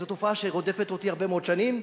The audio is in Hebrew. זאת תופעה שרודפת אותי הרבה שנים,